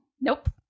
Nope